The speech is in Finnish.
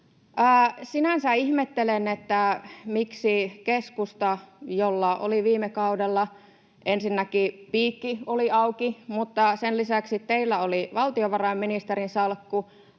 Sinänsä ihmettelen, miksi viime kaudella keskustassa, kun teillä oli ensinnäkin piikki auki mutta sen lisäksi teillä oli valtiovarainministerin salkku,